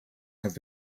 have